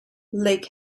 lake